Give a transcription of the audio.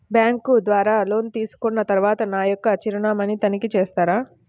Bank ద్వారా loan తీసుకున్న తరువాత నా యొక్క చిరునామాని తనిఖీ చేస్తారా?